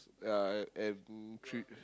ya and and trip